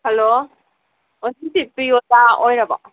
hello ꯑꯣ ꯁꯤꯁꯦ ꯄ꯭ꯔꯤꯌꯣꯇꯥ ꯑꯣꯏꯔꯕꯣ